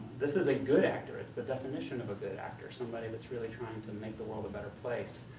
this is a good actor, it's the definition of a good actor. somebody that's really trying to make the world a better place.